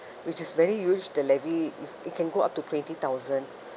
which is very huge the levy it it can go up to twenty thousand